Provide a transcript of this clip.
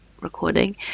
recording